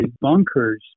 bunkers